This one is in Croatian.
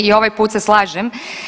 I ovaj put se slažem.